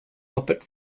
muppet